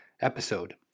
episode